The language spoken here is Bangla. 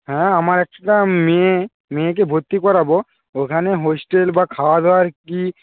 হ্যাঁ আমার অ্যাকচুয়েলি মেয়ে মেয়েকে ভর্তি করাব ওখানে হোস্টেল বা খাওয়া দাওয়ার কী